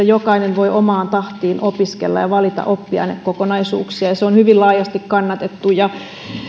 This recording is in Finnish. jokainen voi omaan tahtiin opiskella ja valita oppiainekokonaisuuksia ja se on hyvin laajasti kannatettu ja